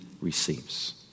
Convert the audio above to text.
receives